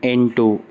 ಎಂಟು